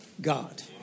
God